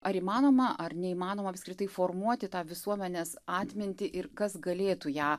ar įmanoma ar neįmanoma apskritai formuoti tą visuomenės atmintį ir kas galėtų ją